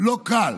לא קל,